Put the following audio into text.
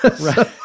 Right